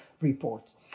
reports